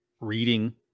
reading